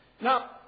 Now